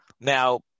now